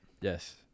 Yes